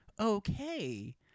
okay